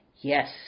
yes